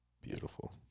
Beautiful